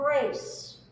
grace